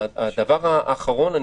דבר אחרון,